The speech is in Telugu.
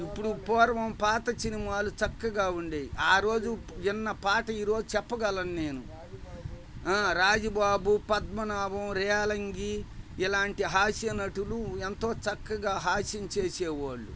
ఇప్పుడు పూర్వం పాత సినిమాలు చక్కగా ఉండేవి ఆరోజు విన్న పాట ఈరోజు చెప్పగలను నేను రాజు బాబు పద్మనాభం రేలంగి ఇలాంటి హాస్య నటులు ఎంతో చక్కగా హాస్యం చేసేవాళ్ళు